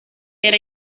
era